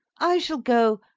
i shall go,